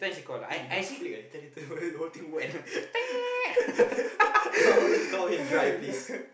eh you don't flick ah later later whole whole thing wet I I would like to come out here dry please